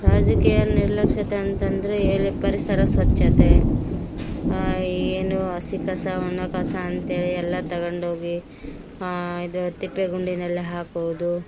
ರಾಜಕೀಯ ನಿರ್ಲಕ್ಷತೆ ಅಂತಂದರೆ ಎಲ್ಲಿ ಪರಿಸರ ಸ್ವಚ್ಛತೆ ಈ ಏನು ಹಸಿ ಕಸ ಒಣ ಕಸ ಅಂತೇಳಿ ಎಲ್ಲ ತಗೊಂಡೋಗಿ ಇದು ತಿಪ್ಪೆಗುಂಡಿಯಲ್ ಹಾಕುವುದು